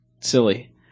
silly